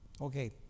Okay